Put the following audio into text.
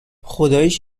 خداییش